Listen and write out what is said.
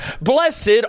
blessed